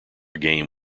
game